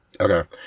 okay